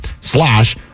slash